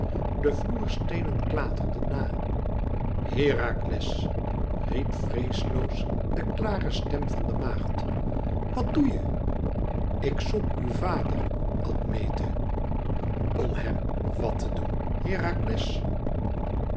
de vloersteenen klaterden na herakles riep vreesloos de klare stem van de maagd wat de je ik zoek uw vader admete om hem wàt te doen herakles